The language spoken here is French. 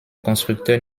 constructeurs